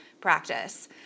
practice